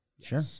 Sure